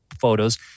photos